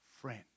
friend